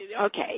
okay